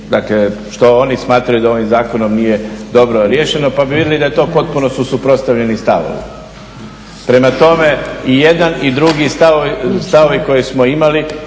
vide i što oni smatraju da ovim zakonom nije dobro riješeno, pa bi vidjeli da je to potpuno suprotstavljeni stavovi. Prema tome, i jedan i drugi stav koji smo imali